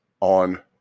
on